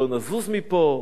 לא נזוז מפה,